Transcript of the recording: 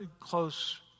close